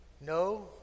No